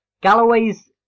Galloway's